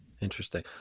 Interesting